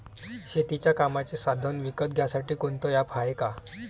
शेतीच्या कामाचे साधनं विकत घ्यासाठी कोनतं ॲप हाये का?